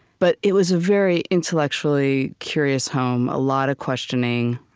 but it was a very intellectually curious home, a lot of questioning.